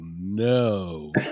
no